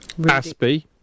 Aspie